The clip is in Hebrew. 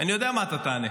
אני יודע מה אתה תענה,